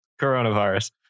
coronavirus